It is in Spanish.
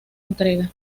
entrega